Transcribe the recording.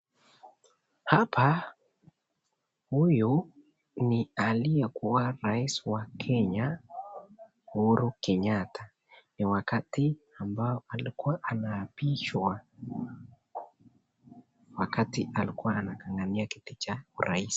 Hapa, huyu ni aliyekuwa rais wa kenya Uhuru Kenyatta ni wakati ambao alikuwa anapiswa wakati alikuwa anangangania kiti cha urais.